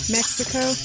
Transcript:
Mexico